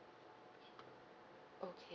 okay